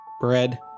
Bread